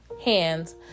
hands